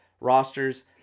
rosters